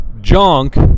junk